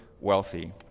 wealthy